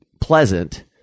pleasant